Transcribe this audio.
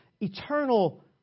eternal